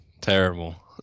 Terrible